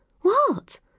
What